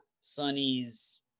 Sonny's